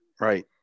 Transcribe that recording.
Right